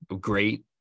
great